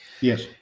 Yes